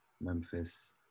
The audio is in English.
Memphis